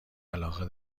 علاقه